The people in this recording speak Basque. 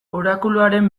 orakuluaren